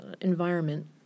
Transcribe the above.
environment